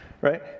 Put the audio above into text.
right